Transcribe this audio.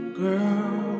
girl